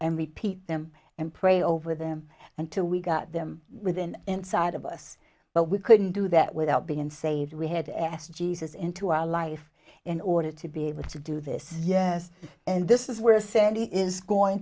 and repeat them and pray over them until we got them within inside of us but we couldn't do that without being saved we had asked jesus into our life in order to be able to do this yes and this is where sandy is going